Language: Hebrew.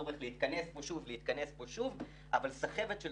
צורך להתכנס פה שוב אז להתכנס פה שוב אבל סחבת של